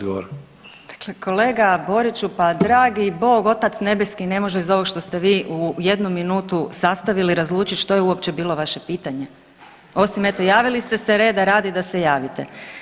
Dakle, kolega Boriću pa dragi Bog otac nebeski ne može iz ovoga što ste vi u jednu minutu sastavili razlučiti što je uopće bilo vaše pitanje osim eto javili ste se reda radi da se javite.